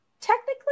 technically